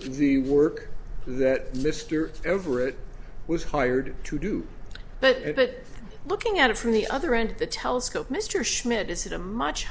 the work that mr everett was hired to do but looking at it from the other end of the telescope mr schmidt is at a much